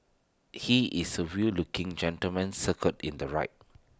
he is suave looking gentleman circled in the right